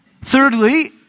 Thirdly